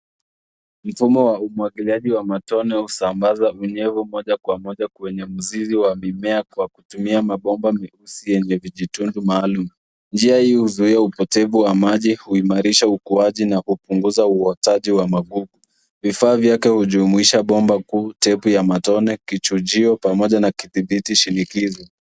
Mfumo wa umwagiliaji wa matone husambaza unyevu moja kwa moja kwenyw mzizi wa mimea kwa kutumia mabomba meusi yenye vijitundu maalum. Njia hii huzoea upotevu wa maji huimarisha ukuaji na kupunguza uotaji wa magugu. Vifaa vyake hujumuisha bomba kuu, tepu ya matone, kichujio pamoja na kidhibiti shinikizo.